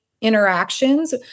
interactions